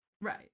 Right